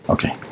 Okay